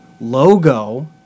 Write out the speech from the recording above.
logo